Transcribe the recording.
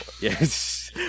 yes